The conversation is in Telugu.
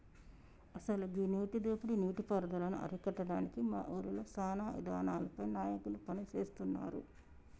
అసలు గీ నీటి దోపిడీ నీటి పారుదలను అరికట్టడానికి మా ఊరిలో సానా ఇదానాలపై నాయకులు పని సేస్తున్నారు